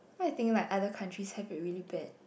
what I think like other countries have are really bad